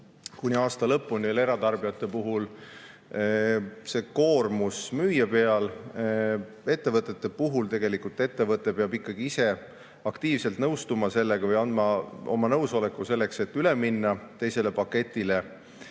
kuni aasta lõpuni oli eratarbijate puhul koormus müüja peal. Ettevõte peab ikkagi ise aktiivselt nõustuma sellega või andma oma nõusoleku selleks, et üle minna teisele paketile.